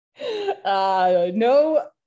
No